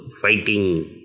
fighting